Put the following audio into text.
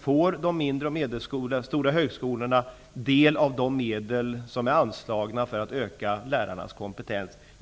Får de mindre och medelstora högskolorna del av de medel som är anslagna för att öka lärarnas kompetens?